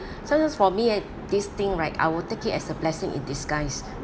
so just for me uh this thing right I will take it as a blessing in disguise